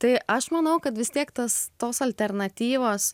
tai aš manau kad vis tiek tas tos alternatyvos